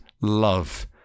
love